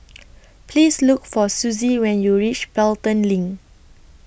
Please Look For Suzie when YOU REACH Pelton LINK